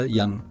yang